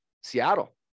Seattle